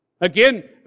Again